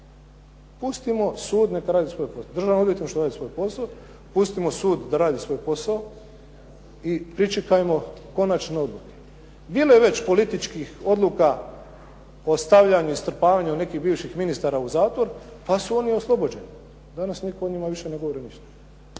Pustimo neka sud radi svoj posao. Državno odvjetništvo radi svoj posao, pustimo sud da radi svoj posao i pričekajmo konačne odluke. Djeluje već političkih odluka o stavljanju i strpavanju nekih bivših ministra u zatvor, pa su oni oslobođeni. Danas nitko o njima ne govori ništa.